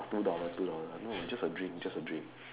two dollar two dollar no just a drink just a a drink